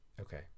okay